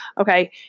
Okay